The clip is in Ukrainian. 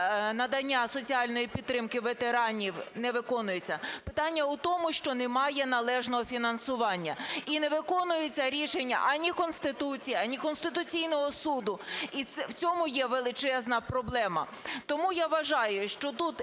надання соціальної підтримки ветеранів, не виконуються, питання у тому, що немає належного фінансування і не виконуються рішення ані Конституції, ані Конституційного Суду, і в цьому є величезна проблема. Тому я вважаю, що тут